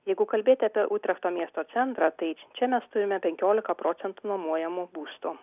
jeigu kalbėti apie utrechto miesto centrą tai čia mes turime penkiolika procentų nuomojamų būstų